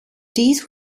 these